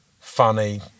funny